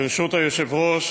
ברשות היושב-ראש,